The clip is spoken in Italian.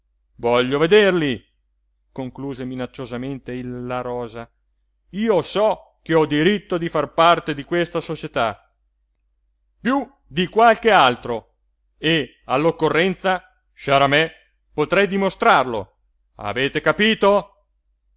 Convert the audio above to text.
voglio vederli concluse minacciosamente il la rosa io so che ho diritto di far parte di questa società piú di qualche altro e all'occorrenza sciaramè potrei dimostrarlo avete capito